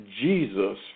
Jesus